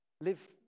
Live